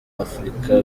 afurika